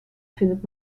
findet